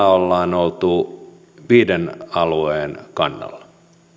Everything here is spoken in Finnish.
ollaan oltu viiteen alueen kannalla